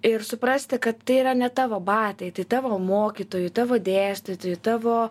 ir suprasti kad tai yra ne tavo batai tai tavo mokytojų tavo dėstytojų tavo